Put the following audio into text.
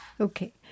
Okay